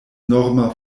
norma